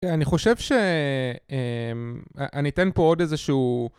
אה, אני חושב ש... אמ...א-אני אתן פה עוד איזשהו...